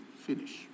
finish